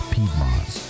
Piedmont